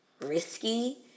risky